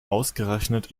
ausgerechnet